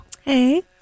Hey